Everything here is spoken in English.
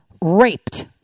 raped